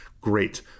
great